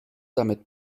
damit